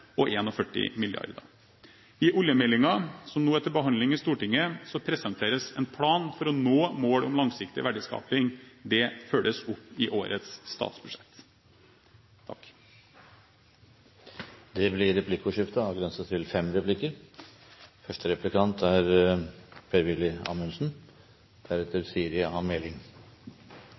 I oljemeldingen, som nå er til behandling i Stortinget, presenteres en plan for å nå mål om langsiktig verdiskaping. Det følges opp i årets statsbudsjett. Det blir replikkordskifte.